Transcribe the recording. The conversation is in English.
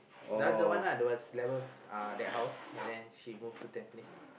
the other one ah the other house but then she move Tampines